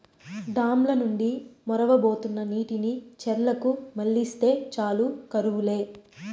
dam ల నుండి మొరవబోతున్న నీటిని చెర్లకు మల్లిస్తే చాలు కరువు లే